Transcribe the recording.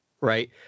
Right